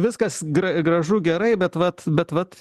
viskas gra gražu gerai bet vat bet vat